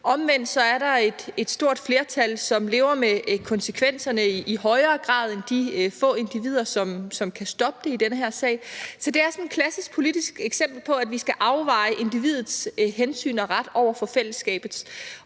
Omvendt er der et stort flertal, som lever med konsekvenserne i højere grad end de få individer, som kan stoppe det i den her sag. Så det er sådan et klassisk politisk eksempel på, at vi skal afveje individets hensyn og ret over for fællesskabet,